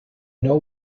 know